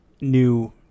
new